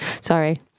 Sorry